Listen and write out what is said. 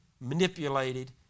manipulated